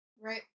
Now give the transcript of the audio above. Right